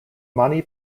mani